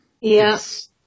Yes